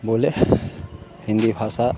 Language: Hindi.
बोलें हिन्दी भाषा